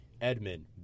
Edmund